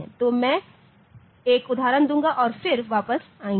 तो मैं एक उदाहरण दूंगा और फिर वापस आएंगे